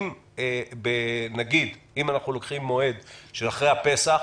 אם אנחנו לוקחים מועד של אחרי הפסח,